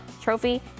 trophy